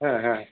हां हां